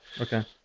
Okay